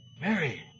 Mary